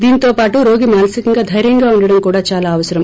దీనితో పాటు రోగి మానసికంగా దైర్యంగా ఉండడం కూడా చాలా అవసరం